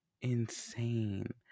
insane